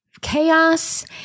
chaos